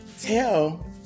tell